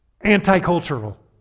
anti-cultural